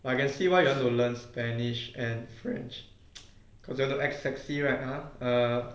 but I can see why you want to learn spanish and french cause you want to act sexy right !huh! err